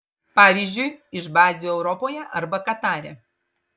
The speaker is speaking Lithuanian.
pavyzdžiui iš bazių europoje arba katare